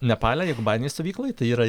nepale jeigu bazinėj stovykloj tai yra